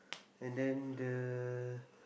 and then the